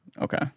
Okay